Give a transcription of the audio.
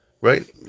right